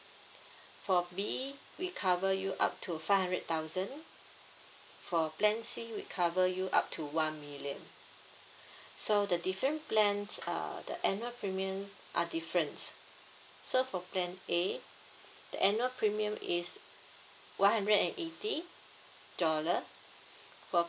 for B we cover you up to five hundred thousand for plan C we cover you up to one million so the different plans err the annual premium are different so for plan A the annual premium is one hundred and eighty dollar for